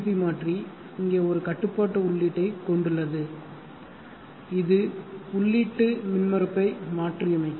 C மாற்றி இங்கே ஒரு கட்டுப்பாட்டு உள்ளீட்டைக் கொண்டுள்ளது இது உள்ளீட்டு மின்மறுப்பை மாற்றியமைக்கும்